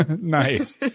nice